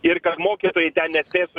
ir mokytojai ten nespės